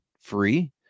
free